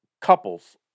couples